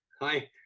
Hi